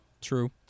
True